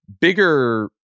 bigger